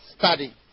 study